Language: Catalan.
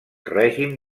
règim